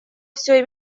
всё